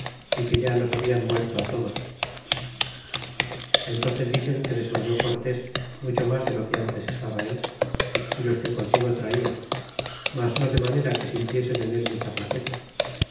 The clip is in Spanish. é que ya nos hablan muerto todos enfences dicen que desmayó cortes mucho mas de lo que ntes estaba él y los que consigo trata mas no de manera que sintiesen en él mucha flaqueza